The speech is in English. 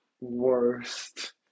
worst